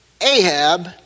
Ahab